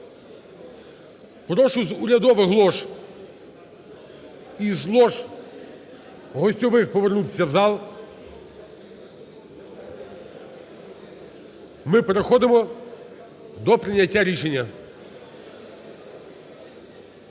Прошу з урядових лож і з лож гостьових повернутися в зал. Ми переходимо до прийняття рішення.